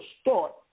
start